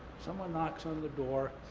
someone knocks on the door,